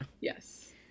yes